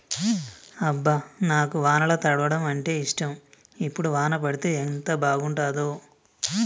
అబ్బ నాకు వానల తడవడం అంటేఇష్టం ఇప్పుడు వాన పడితే ఎంత బాగుంటాడో